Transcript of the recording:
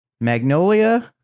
Magnolia